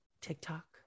TikTok